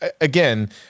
again